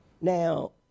Now